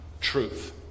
truth